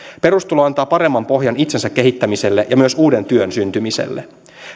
perustulo antaa paremman pohjan itsensä kehittämiselle ja myös uuden työn syntymiselle